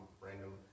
random